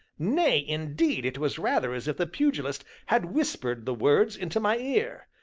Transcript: nay, indeed, it was rather as if the pugilist had whispered the words into my ear,